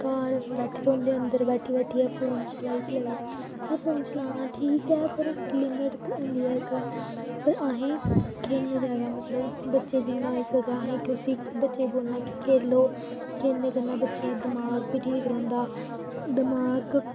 घर बैठे रौह्ंदे अंदर बैठी बैठिये फोन चलाई चलाई फोन चलाना ठीक ऐ पर लिमिट होंदी ऐ इक पर अहें खेल्लना चाहि्दा बच्चें जि'न्ना होई सकै असें मतलब की उसी बच्चे गी बोलना चाहि्दा खेलो खेल्लने कन्नै बच्चें दा दिमाग बी ठीक रौह्ंदा दमाक